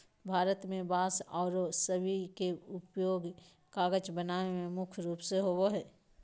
भारत में बांस आरो सबई के उपयोग कागज बनावे में मुख्य रूप से होबो हई